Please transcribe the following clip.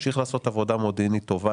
תמשיך לעשות עבודה מודיעינית טובה,